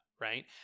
right